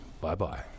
Bye-bye